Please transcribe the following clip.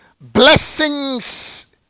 blessings